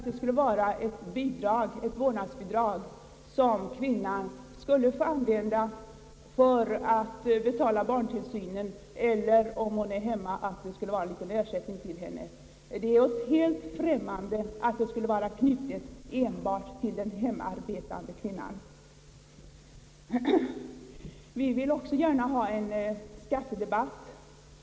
Det skall vara ett vårdnadsbidrag som kvinnan skall få använda för att betala barntillsynen eller, om hon är hemma, skall utgöra en liten ersättning till henne. Det är helt främmande för oss att vårdnadsbidraget skulle utgå enbart till hemmaarbetande kvinnor. Vi vill också gärna ha en skattedebatt.